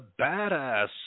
badass